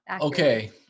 Okay